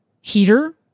heater